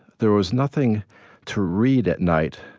there was nothing to read at night.